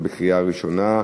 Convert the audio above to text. בקריאה ראשונה.